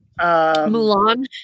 Mulan